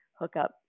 hookup